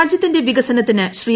രാജ്യത്തിന്റെ വികസനത്തിന് ശ്രീ